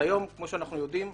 כמו שאנחנו יודעים,